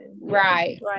Right